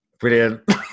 Brilliant